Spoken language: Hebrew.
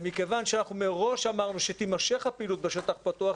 מכיוון שאנחנו מראש אמרנו שתימשך הפעילות בשטח פתוח,